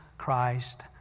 Christ